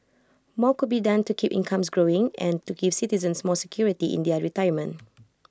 more could be done to keep incomes growing and to give citizens more security in their retirement